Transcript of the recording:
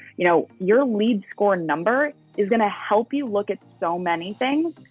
you know your lead score number is gonna help you look at so many things.